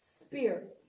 spirit